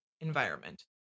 environment